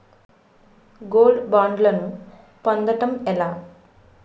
Gold బ్యాండ్లను పొందటం ఎలా?